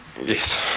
Yes